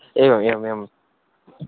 एवम् एवम् एवम्